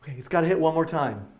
it's got to hit one more time.